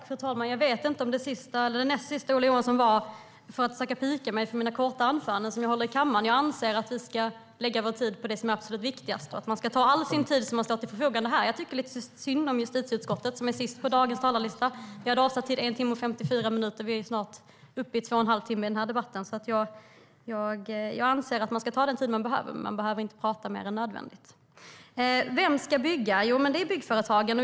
Fru talman! Jag vet inte om det näst sista Ola Johansson sa var ett försök att pika mig för mina korta anföranden i kammaren. Jag anser att vi ska lägga vår tid på det som är absolut viktigast och inte ta all tid som står till vårt förfogande här. Jag tycker lite synd om justitieutskottet, som är sist på dagens talarlista. Vi hade avsatt 1 timme och 54 minuter för den här debatten. Vi är snart uppe i 2 1⁄2 timme. Jag anser att man ska ta den tid man behöver men att man inte behöver prata mer än nödvändigt. Vem är det som ska bygga? Jo, det är byggföretagen.